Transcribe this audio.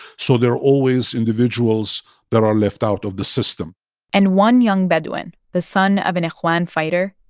so there are always individuals that are left out of the system and one young bedouin, the son of an ikhwan fighter,